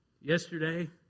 yesterday